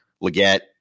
Leggett